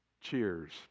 Cheers